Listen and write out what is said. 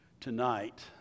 tonight